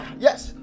yes